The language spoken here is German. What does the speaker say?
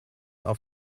auf